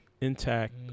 intact